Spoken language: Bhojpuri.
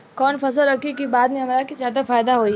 कवन फसल रखी कि बाद में हमरा के ज्यादा फायदा होयी?